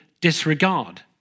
disregard